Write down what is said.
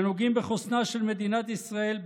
שנוגעים בחוסנה של מדינת ישראל,